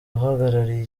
uhagarariye